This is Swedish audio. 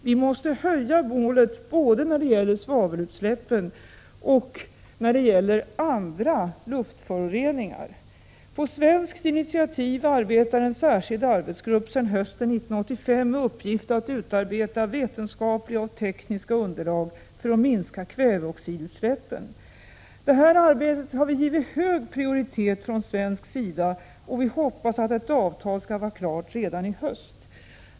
Vi måste höja målet vad gäller både svavelutsläppen och andra luftföroreningar. På svenskt initiativ arbetar en särskild arbetsgrupp sedan hösten 1985 med uppgift att utarbeta vetenskapliga och tekniska underlag för att minska kväveoxidutsläppen. Detta arbete har från svensk sida givits hög prioritet, och vi hoppas att ett avtal skall vara klart redan i höst.